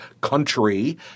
country